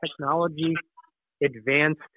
technology-advanced